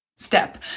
step